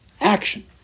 Action